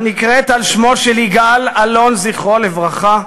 הנקראת על שמו של יגאל אלון, זכרו לברכה,